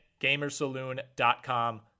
gamersaloon.com